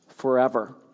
forever